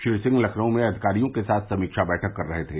श्री सिंह लखनऊ में अधिकारियों के साथ समीक्षा बैठक कर रहे थे